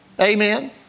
Amen